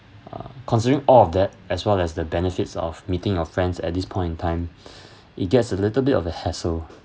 uh considering all of that as well as the benefits of meeting your friends at this point in time it gets a little bit of a hassle